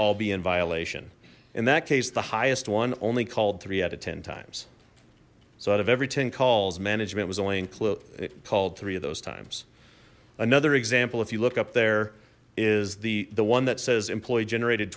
all be in violation in that case the highest one only called three out of ten times so out of every ten calls management was only in club it called three of those times another example if you look up there is the the one that says employee generated